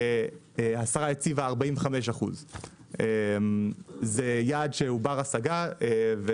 השרה הציבה 45%. זהו יעד שהוא בר השגה.